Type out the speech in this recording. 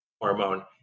hormone